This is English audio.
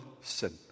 sin